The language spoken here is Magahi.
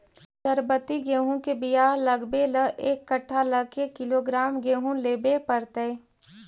सरबति गेहूँ के बियाह लगबे ल एक कट्ठा ल के किलोग्राम गेहूं लेबे पड़तै?